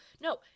No